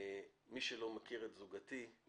מי שלא מכיר את זוגתי,